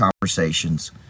conversations